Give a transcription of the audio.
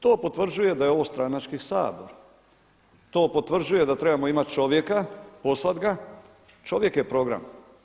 To potvrđuje da je ovo stranački Sabor, to potvrđuje da trebamo imati čovjeka, poslat ga, čovjek je program.